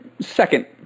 Second